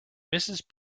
mrs